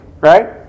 right